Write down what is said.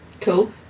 Cool